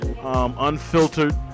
Unfiltered